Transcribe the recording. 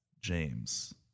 James